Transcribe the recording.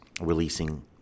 releasing